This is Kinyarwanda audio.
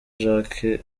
jacques